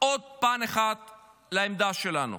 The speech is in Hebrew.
עוד פן אחד לעמדה שלנו.